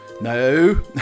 No